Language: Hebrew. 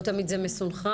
לא תמיד זה מסונכרן.